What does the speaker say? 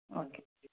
okay